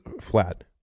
flat